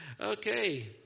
okay